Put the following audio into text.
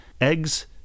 eggs